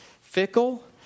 fickle